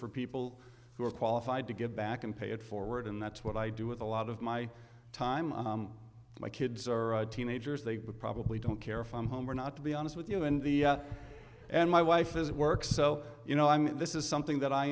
people who are qualified to get back and pay it forward and that's what i do with a lot of my time my kids are teenagers they probably don't care for home or not to be honest with you and the and my wife is work so you know i mean this is something that i